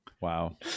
Wow